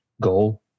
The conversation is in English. goal